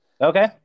Okay